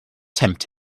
tempt